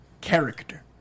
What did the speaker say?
character